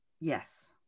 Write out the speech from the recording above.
Yes